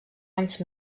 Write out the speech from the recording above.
anys